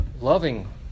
loving